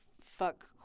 fuck